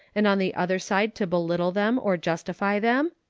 and on the other side to belittle them or justify them?